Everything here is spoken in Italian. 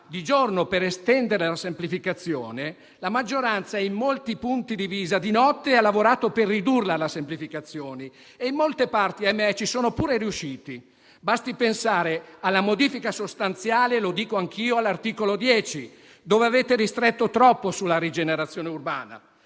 di giorno per estendere la semplificazione, la maggioranza, in molti punti divisa, di notte ha lavorato per ridurla e in molte parti purtroppo ci sono pure riusciti. Basti pensare alla modifica sostanziale - lo dico anch'io - all'articolo 10, dove avete ristretto troppo sulla rigenerazione urbana,